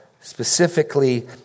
specifically